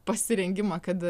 pasirengimą kad